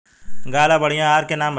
गाय ला बढ़िया आहार के नाम बताई?